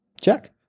Check